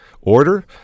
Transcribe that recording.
order